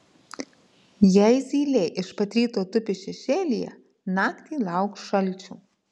jei zylė iš pat ryto tupi šešėlyje naktį lauk šalčio